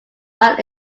are